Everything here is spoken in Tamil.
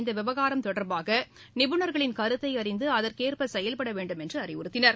இந்த விவகாரம் தொடர்பான நிபுணர்ளின் கருத்தை அறிந்து அதற்கேற்ப செயல்பட வேண்டுமென்று அறிவுறுத்தினர்